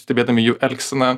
stebėdami jų elgseną